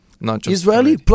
Israeli